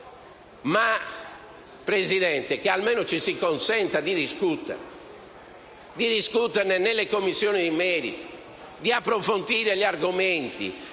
Presidente, almeno ci si consenta di discutere nelle Commissioni di merito, di approfondire gli argomenti.